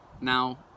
Now